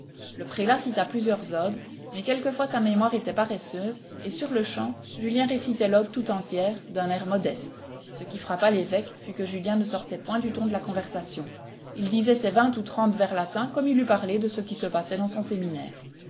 le prélat cita plusieurs odes mais quelquefois sa mémoire était paresseuse et sur-le-champ julien récitait l'ode tout entière d'un air modeste ce qui frappa l'évêque fut que julien ne sortait point du ton de la conversation il disait ses vingt ou trente vers latins comme il eût parlé de ce qui se passait dans son séminaire